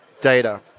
data